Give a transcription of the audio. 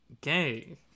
Gay